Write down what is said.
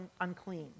unclean